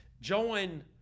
Join